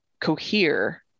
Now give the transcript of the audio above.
cohere